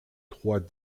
trois